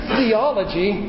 theology